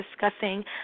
discussing